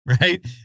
Right